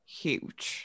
huge